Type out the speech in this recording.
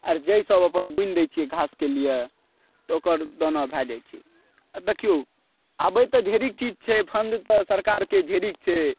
आ जइसभ अपन बुनि दैत छियै घासके लिए तऽ ओकर दौना भै जाइत छै आ देखिऔ आबैत तऽ ढ़ेरिक चीज छै फण्ड तऽ सरकारके ढ़ेरिक छै